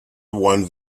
one